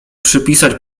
przypisać